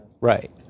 Right